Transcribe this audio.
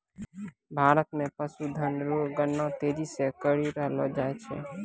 भारत मे पशुधन रो गणना तेजी से करी रहलो जाय छै